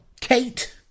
Kate